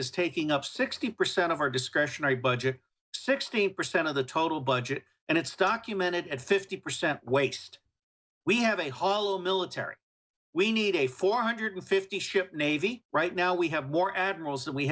is taking up sixteen percent of our discretionary budget sixteen percent of the total budget and it's documented at fifty percent waste we have a hollow military we need a four hundred fifty ship navy right now we have war admirals